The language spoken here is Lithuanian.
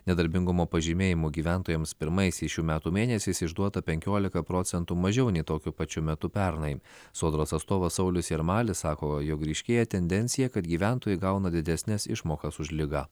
nedarbingumo pažymėjimų gyventojams pirmaisiais šių metų mėnesiais išduota penkiolika procentų mažiau nei tokiu pačiu metu pernai sodros atstovas saulius jarmalis sako jog ryškėja tendencija kad gyventojai gauna didesnes išmokas už ligą